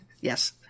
Yes